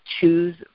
choose